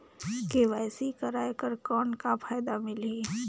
KYC कराय कर कौन का फायदा मिलही?